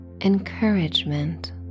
encouragement